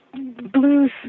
blues